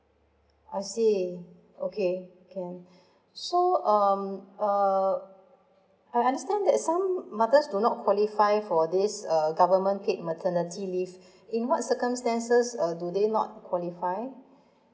I see okay can so um uh I understand that some mothers do not qualify for this uh government paid maternity leave in what circumstances uh do they not qualify